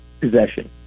possession